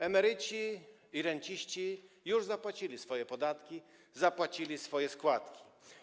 Emeryci i renciści już zapłacili swoje podatki, zapłacili swoje składki.